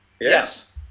Yes